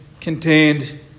contained